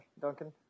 Duncan